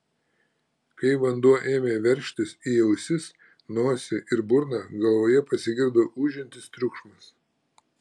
kai vanduo ėmė veržtis į ausis nosį ir burną galvoje pasigirdo ūžiantis triukšmas